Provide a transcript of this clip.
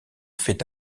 fait